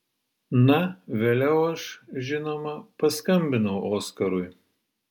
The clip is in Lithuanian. na vėliau aš žinoma paskambinau oskarui